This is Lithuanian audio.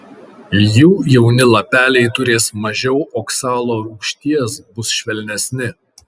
jų jauni lapeliai turės mažiau oksalo rūgšties bus švelnesni